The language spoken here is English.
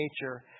nature